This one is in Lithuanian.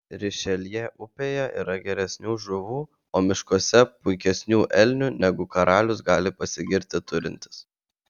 rišeljė upėje yra geresnių žuvų o miškuose puikesnių elnių negu karalius gali pasigirti turintis